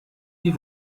die